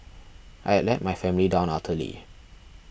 I had let my family down utterly